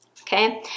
Okay